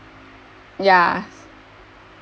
ya